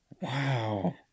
Wow